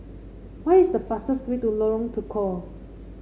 what is the fastest way to Lorong Tukol